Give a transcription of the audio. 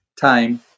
time